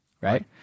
right